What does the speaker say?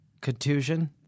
Contusion